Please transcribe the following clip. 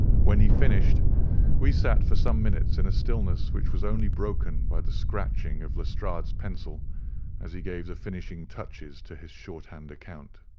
when he finished we sat for some minutes in a stillness which was only broken by the scratching of lestrade's pencil as he gave the finishing touches to his shorthand account.